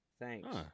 Thanks